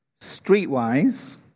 Streetwise